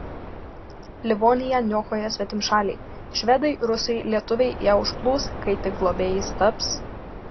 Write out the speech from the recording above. livoniją niokoja svetimšaliai švedai rusai lietuviai ją užplūs kai tik globėjais taps